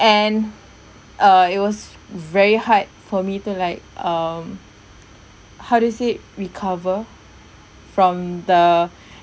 and uh it was very hard for me to like um how to say recover from the